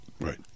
Right